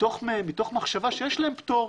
מתוך מחשבה שיש להם פטור